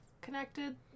connected